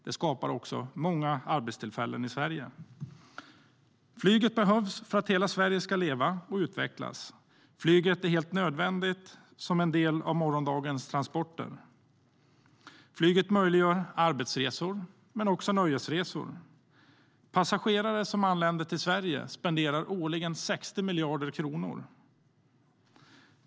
Det skapar också många arbetstillfällen i Sverige.Flyget behövs för att hela Sverige ska leva och utvecklas. Flyget är en helt nödvändig del av dagens och morgondagens transporter. Flyget möjliggör arbets och nöjesresor. Passagerare som anländer till Sverige spenderar årligen drygt 60 miljarder kronor här.